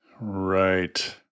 Right